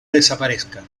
desaparezca